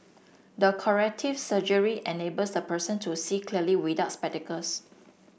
the corrective surgery enables the person to see clearly without spectacles